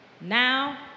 Now